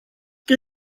con